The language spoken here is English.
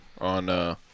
on –